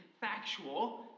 factual